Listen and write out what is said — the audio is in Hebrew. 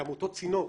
כעמותות צינור.